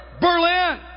Berlin